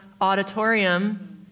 auditorium